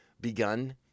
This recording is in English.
begun